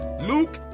Luke